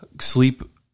sleep